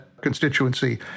constituency